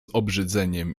obrzydzeniem